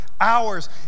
hours